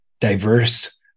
diverse